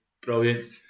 brilliant